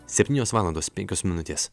septynios valandos penkios minutės